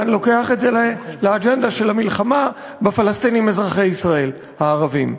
לוקח את זה לאג'נדה של המלחמה בפלסטינים אזרחי ישראל הערבים.